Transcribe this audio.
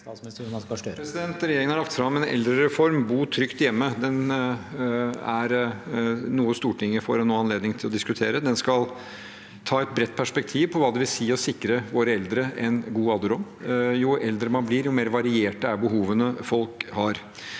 Regje- ringen har lagt fram en eldrereform, Bo trygt hjemme. Det er noe Stortinget skal få anledning til å diskutere. Den skal ha et bredt perspektiv på hva det vil si å sikre våre eldre en god alderdom. Jo eldre man blir, jo mer varierte er behovene folk har.